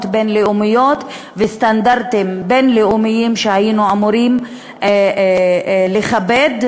בין-לאומיות וסטנדרטים בין-לאומיים שהיינו אמורים לכבד,